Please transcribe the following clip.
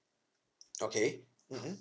okay mmhmm